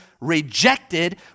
rejected